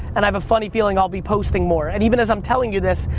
and i have a funny feeling i'll be posting more. and even as i'm telling you this,